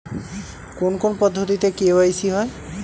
কোন কোন পদ্ধতিতে কে.ওয়াই.সি হয়?